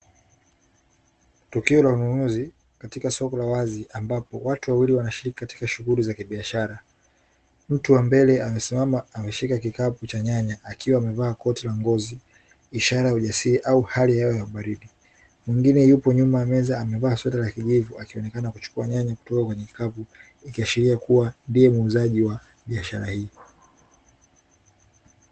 Tukio la ununuzi katika soko la wazi ambapo watu wawili wanashiriki katika shughuli za kibiashara mtu wa mbele amesimama ameshika kitabu cha nyanya akiwa amevaa koti ya ngozi ishara ya ujasiri au hali yao ya baridi mwingine yupo nyuma meza amevaa sura ya kijivu na kulingana na sheria kuwa ndiye muuzaji wa biashara hii.